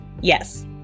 Yes